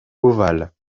ovale